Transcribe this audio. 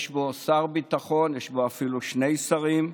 יש בו שר ביטחון, יש בו אפילו שני שרים,